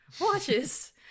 watches